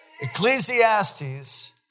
Ecclesiastes